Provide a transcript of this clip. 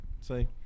See